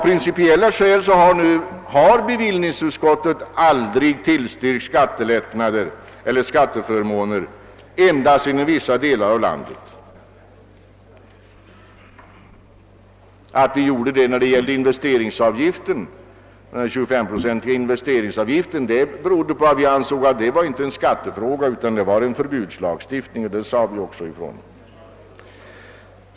Bevillningsutskottet har av principiella skäl aldrig tillstyrkt skatteförmåner bara inom vissa delar av landet. Att vi gjorde det när det gällde den 25-procentiga investeringsavgiften berodde på att vi inte ansåg den vara en skattefråga utan en förbudslagstiftning. Det sade vi också ifrån.